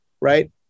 right